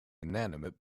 inanimate